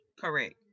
Correct